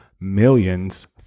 millions